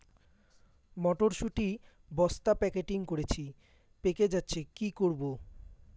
মটর শুটি বস্তা প্যাকেটিং করেছি পেকে যাচ্ছে কি করব?